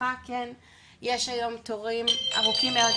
יש היום תורים ארוכים מאוד.